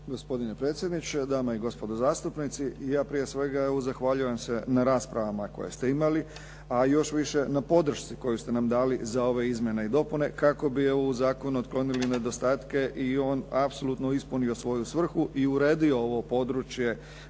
Gospodine predsjedniče, dame i gospodo zastupnici. Ja prije svega evo zahvaljujem se na raspravama koje ste imali, a još više na podršci koju ste nam dali za ove izmjene i dopune kako bi evo u zakonu otklonili nedostatke i on apsolutno ispunio svoju svrhu i uredio ovo područje